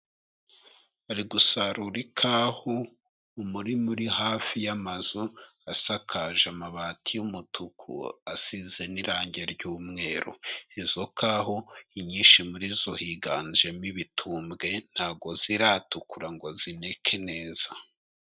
Ari gusarura ikaho. Umurima uri hafi y'amazu, asakaje amabati y'umutuku, asize n'irangi ry'umweru. Izo kaho, inyinshi muri zo higanjemo ibitumbwe, ntago ziratukura ngo zineke neza.